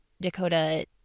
Dakota